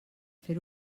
fer